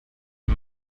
die